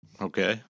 Okay